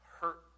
hurt